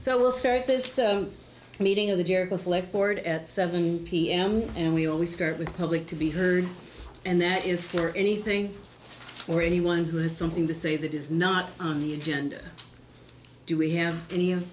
so we'll start this meeting of the jericho select board at seven p m and we always start with public to be heard and that is for anything or anyone who had something to say that is not on the agenda do we have any